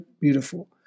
beautiful